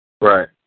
Right